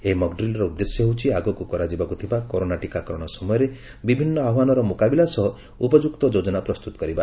ଏହି ମକ୍ତ୍ରିଲର ଉଦ୍ଦେଶ୍ୟ ହେଉଛି ଆଗକୁ କରାଯିବାକୁ ଥିବା କରୋନା ଟୀକାକରଣ ସମୟରେ ବିଭିନ୍ନ ଆହ୍ବାନର ମୁକାବିଲା ସହ ଉପଯୁକ୍ତ ଯୋଜନା ପ୍ରସ୍ତୁତ କରିବା